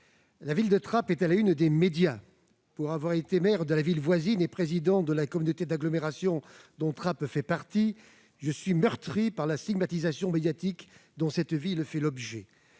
La ville de Trappes est à la une des médias. Pour avoir été maire de la ville voisine et président de la communauté d'agglomération dont Trappes fait partie, je suis meurtri par la stigmatisation médiatique dont cette ville fait l'objet.